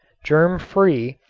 germ-free,